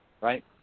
right